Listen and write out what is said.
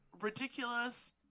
ridiculous